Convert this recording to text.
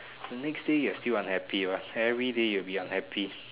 the next day you're still unhappy or every day you will be unhappy